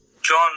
John